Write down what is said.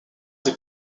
des